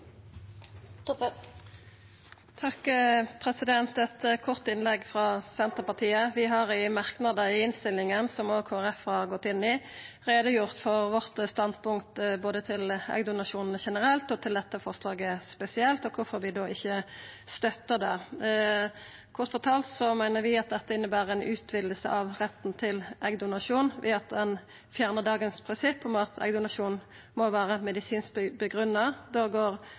har gått inn i, gjort greie for vårt standpunkt til både eggdonasjon generelt og dette forslaget spesielt – og kvifor vi ikkje støttar det. Kort fortalt meiner vi at dette inneber ei utviding av retten til eggdonasjon ved at ein fjernar dagens prinsipp om at eggdonasjon må vera medisinsk grunngjeven. Da går